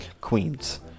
Queens